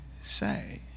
say